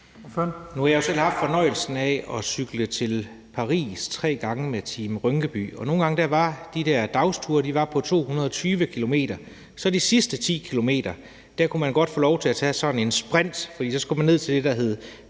Nu har jeg jo selv haft fornøjelsen af at cykle til Paris tre gange med Team Rynkeby, og nogle gange var de der dagsture på 220 km. På de sidste 10 km kunne man godt få lov til at tage sådan en sprint, for så skulle man ned til det, der hed